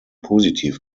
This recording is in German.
positiv